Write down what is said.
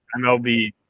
MLB